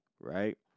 right